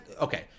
okay